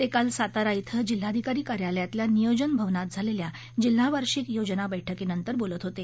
ते काल सातारा इथं जिल्हाधिकारी कार्यालयातील नियोजन भवनात झालेल्या जिल्हा वार्षिक योजना बैठकीनंतर बोलत होते